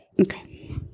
Okay